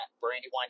Brandywine